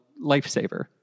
lifesaver